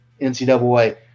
NCAA